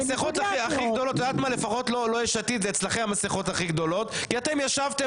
המסכות הכי גדולות אצלכם כי אתם ישבתם